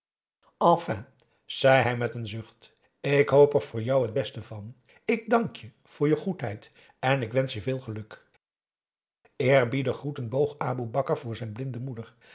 enfin zei hij met een zucht ik hoop er voor jou het beste van ik dank-je voor je goedheid en ik wensch je veel geluk eerbiedig groetend boog aboe bakar voor zijn blinde moeder